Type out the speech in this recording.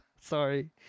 Sorry